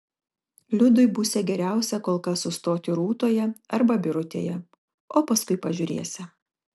liudui būsią geriausia kol kas sustoti rūtoje arba birutėje o paskui pažiūrėsią